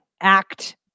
Act